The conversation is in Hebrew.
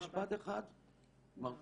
כל